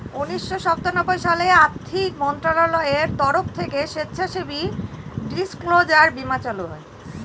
উনিশশো সাতানব্বই সালে আর্থিক মন্ত্রণালয়ের তরফ থেকে স্বেচ্ছাসেবী ডিসক্লোজার বীমা চালু হয়